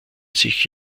sich